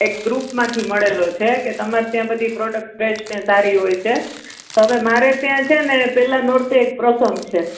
એક ગ્રૂપમાંથી મળેલો છે કે તમારે ત્યાં બધી પ્રોડક્ટ ફ્રેશ ને સારી હોય છે તો હવે મારે ત્યાં છે ને પહેલા નોરતે એક પ્રસંગ છે